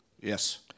Yes